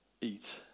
eat